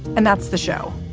and that's the show.